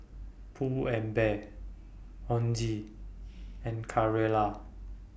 Pull and Bear Ozi and Carrera